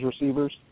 receivers